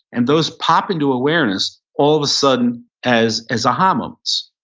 and those pop into awareness all of a sudden as as aha moments.